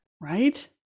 right